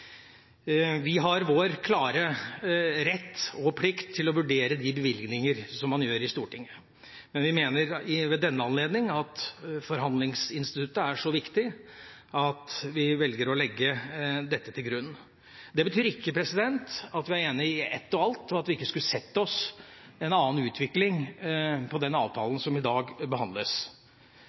Vi har vår klare rett og plikt til å vurdere de bevilgningene man gir i Stortinget, men vi mener ved denne anledning at forhandlingsinstituttet er så viktig at vi velger å legge dette til grunn. Det betyr ikke at vi er enig i ett og alt, og at vi ikke skulle ønsket oss en annen utvikling av den avtalen som i dag behandles. Som representanten Geir Pollestad var inne på